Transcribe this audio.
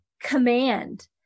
command